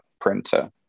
printer